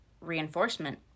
reinforcement